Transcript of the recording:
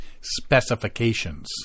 specifications